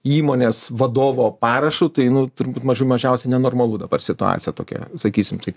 įmonės vadovo parašu tai nu turbūt mažų mažiausiai nenormalu dabar situacija tokia sakysim taip